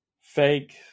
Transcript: fake